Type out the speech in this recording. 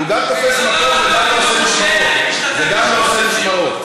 כי הוא גם תופס מקום וגם לא עושה משמרות.